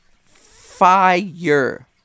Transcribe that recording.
Fire